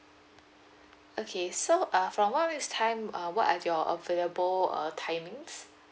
okay so uh from one week's time uh what are your available uh timings